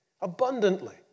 abundantly